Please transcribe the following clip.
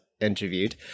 interviewed